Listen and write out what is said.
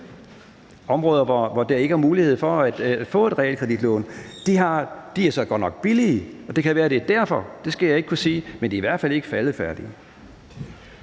områder, hvor der ikke er mulighed for at få et realkreditlån. De er så godt nok billige, og det kan være, det er derfor – det skal jeg ikke kunne sige – men de er i hvert fald ikke faldefærdige.